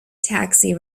taxi